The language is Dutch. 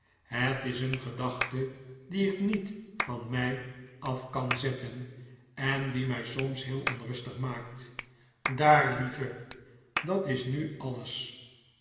het is een gedachte die ik niet van mij af kan zetten en die mij soms heel onrustig maakt daar lieve dat is nu alles